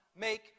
make